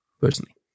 personally